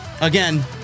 Again